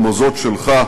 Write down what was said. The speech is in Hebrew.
כמו זאת שלך,